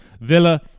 Villa